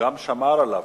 שגם שמר עליו,